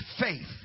faith